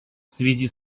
связи